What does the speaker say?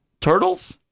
turtles